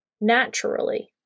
naturally